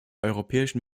europäischen